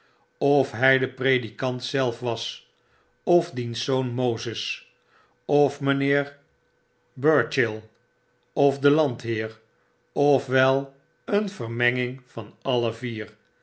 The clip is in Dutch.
of hfi de predikant zelf was of diens zoon mozes of mpheer burchill of de landheer of wel een vermenging van alle vier